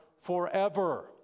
forever